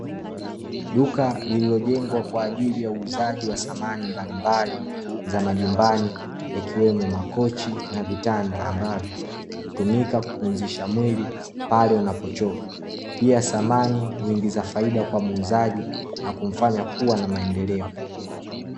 Duka lililojengwa kwa ajili ya uuzaji wa samani mbalimbali za majumbani yakiwemo makochi na vitanda ambavyo, hutumika kupumzisha mwili pale unapochoka. Pia samani huingiza faida kwa muuzaji na kumfanya kuwa na maendeleo.